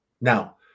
Now